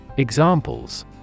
Examples